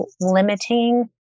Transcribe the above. limiting